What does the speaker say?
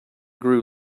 grew